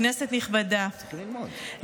כנסת נכבדה,